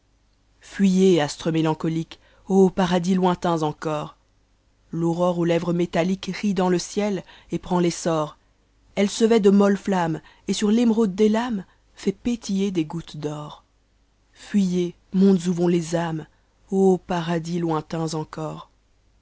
fuyez astre mélancolique paradis lointains encore l'aurore aux lèvres métalliques rit dans le ciel et prend l'essor ehe se vêt de molles gammes et sur rémeraade des lames fait pétiher des gouttes d'or fuyez mondes où yenttes âmes paradis lointains encor